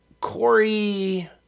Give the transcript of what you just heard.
Corey